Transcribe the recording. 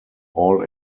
all